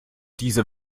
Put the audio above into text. diese